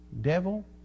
devil